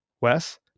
Wes